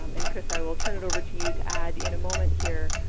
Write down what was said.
um and chris, i will turn it over to you to add in a moment here.